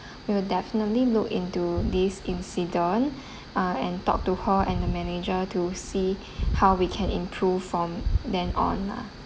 we will definitely look into this incident ah and talk to her and the manager to see how we can improve from then on lah